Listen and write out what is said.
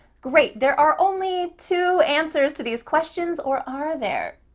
great. there are only two answers to these questions, or are there?